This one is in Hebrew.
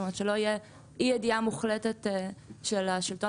זאת אומרת שלא תהיה אי ידיעה מוחלטת של השלטון